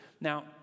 Now